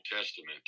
Testament